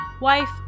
Wife